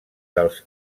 dels